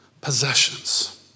possessions